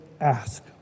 ask